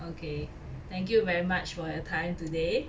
okay thank you very much for your time today